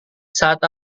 saat